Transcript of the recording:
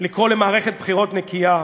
לקרוא למערכת בחירות נקייה.